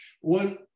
One